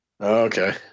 Okay